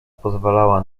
pozwalała